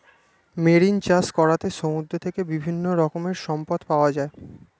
marine চাষ করাতে সমুদ্র থেকে বিভিন্ন রকমের সম্পদ পাওয়া যায়